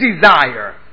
desire